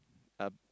uh